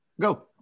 Go